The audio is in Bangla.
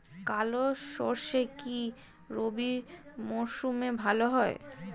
কালো সরষে কি রবি মরশুমে ভালো হয়?